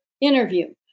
interview